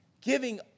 giving